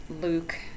Luke